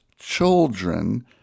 children